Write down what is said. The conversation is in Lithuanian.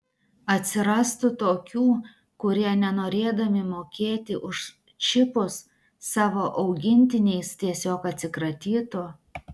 atsirastų tokių kurie nenorėdami mokėti už čipus savo augintiniais tiesiog atsikratytų